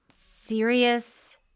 serious